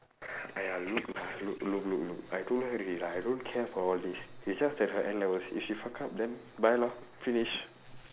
!aiya! look lah look look look look I told her already lah I don't care for all this it's just that her N levels if she fuck up then bye lor finish